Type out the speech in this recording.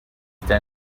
there